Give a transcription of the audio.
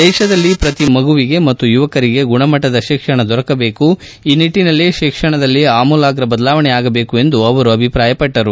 ದೇಶದಲ್ಲಿ ಪ್ರತಿ ಮಗುವಿಗೆ ಮತ್ತು ಯುವಕರಿಗೆ ಗುಣಮಟ್ಟದ ಶಿಕ್ಷಣ ದೊರಕಬೇಕು ಈ ನಿಟ್ಟಿನಲ್ಲಿ ಶಿಕ್ಷಣದಲ್ಲಿ ಅಮೂಲಾಗ್ರ ಬದಲಾವಣೆ ಆಗಬೇಕು ಎಂದು ಅವರು ಅಭಿಪ್ರಾಯಟ್ವರು